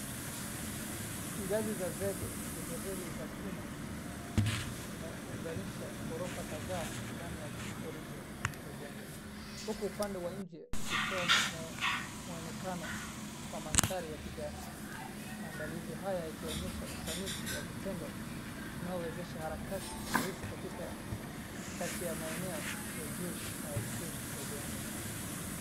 Ngazi za zege zenye reli za chuma zinaunganisha ghorofa kadhaa ndani ya corridor ya jengo huku upande wa nje ukitoa mwonekano wa mandhari ya kijani. Maandalizi haya yakionyesha usanifu wa vitendo unaowezesha harakati rahisi katika kati ya maeneo ya juu na ya chini ya jengo.